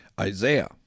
Isaiah